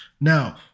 Now